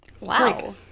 Wow